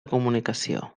comunicació